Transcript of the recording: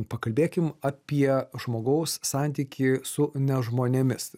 pakalbėkim apie žmogaus santykį su ne žmonėmis